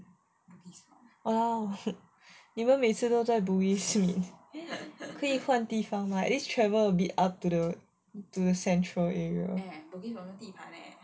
!walao! 你们每次都在 bugis meet 可以换地方吗 at least travel a bit up to the central area